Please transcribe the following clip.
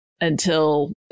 until-